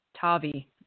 Tavi